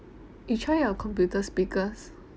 you try your computer speakers